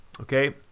Okay